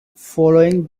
following